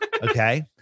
Okay